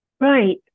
right